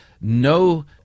no